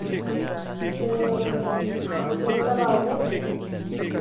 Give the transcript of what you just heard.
तो आप कब आओगे